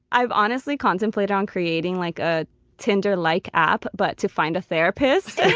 i've honestly contemplated on creating like a tinder-like app, but to find a therapist.